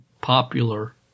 popular